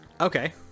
Okay